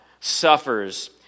suffers